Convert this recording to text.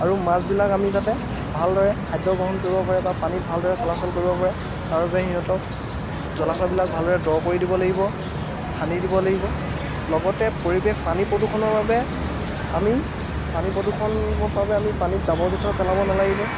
আৰু মাছবিলাক আমি যাতে ভাল দৰে খাদ্য গ্ৰহণ কৰিব পাৰে বা পানীত ভালদৰে চলাচল কৰিব পাৰে তাৰ বাবে সিহঁতক জলাশয়বিলাক ভাল দৰে দ কৰি দিব লাগিব খান্দি দিব লাগিব লগতে পৰিৱেশ পানী প্ৰদূষণৰ বাবে আমি পানী প্ৰদূষণৰ বাবে আমি পানীত জাবৰ জোঁথৰ পেলাব নালাগিব